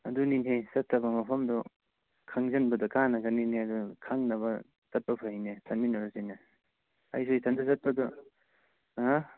ꯑꯗꯨꯅꯤꯅꯦ ꯆꯠꯇꯕ ꯃꯐꯝꯗꯨ ꯈꯪꯖꯤꯟꯕꯗ ꯀꯥꯟꯅꯒꯅꯤꯅꯦ ꯑꯗꯨ ꯈꯪꯅꯕ ꯆꯠꯄ ꯐꯩꯅꯦ ꯆꯠꯃꯤꯟꯅꯔꯨꯁꯤꯅꯦ ꯑꯩꯁꯨ ꯏꯊꯟꯗ ꯆꯠꯄꯗꯨ ꯍ